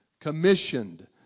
commissioned